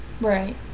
Right